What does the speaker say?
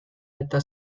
eta